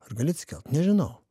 ar gali atsikelt nežinau